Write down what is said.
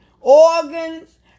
organs